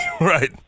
Right